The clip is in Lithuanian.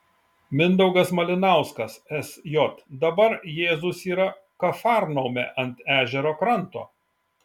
mindaugas malinauskas sj dabar jėzus yra kafarnaume ant ežero kranto